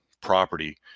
property